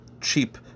cheap